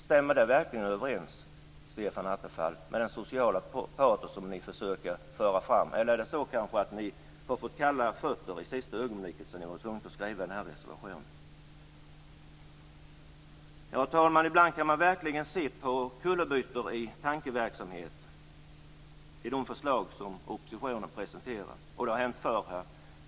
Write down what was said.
Stämmer det verkligen överens, Stefan Attefall, med det sociala patos som ni försöker föra fram? Eller har ni kanske fått kalla fötter i sista ögonblicket så att ni blivit tvungna att skriva den här reservationen? Herr talman! Ibland kan man verkligen se kullerbyttor i tankeverksamheten i de förslag som oppositionen presenterar. Det har hänt förr.